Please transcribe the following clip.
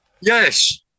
Yes